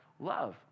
love